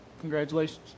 Congratulations